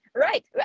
Right